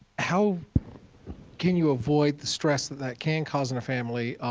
how can you avoid the stress that that can cause on a family,